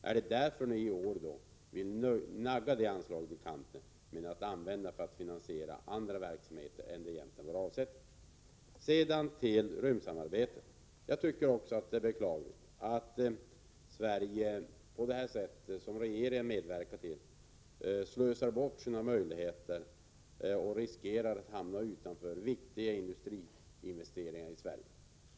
Är det alltså därför som ni i år vill nagga detta anslag i kanten genom att använda det för att finansiera andra verksamheter än det egentligen var avsett för? När det gäller rymdsamarbetet tycker också jag att det är beklagligt att Sverige — på det sätt som regeringen medverkar till — slösar bort sina möjligheter och riskerar att gå miste om viktiga industriinvesteringar.